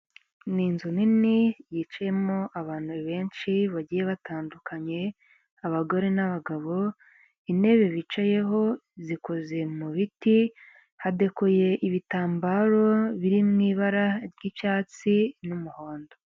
Ni inzu nini yicayemo abantu benshi bagiye batandukanye, abagore n'abagabo, intebe bicayeho zikoze mu biti, hadekuye ibitambaro biri mu ibara ry'icyatsi n'umuhondo.